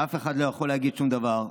אף אחד לא יכול להגיד שום דבר.